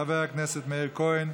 של חבר הכנסת מאיר כהן.